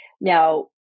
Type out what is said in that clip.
now